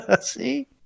See